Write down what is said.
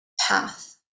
path